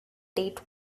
date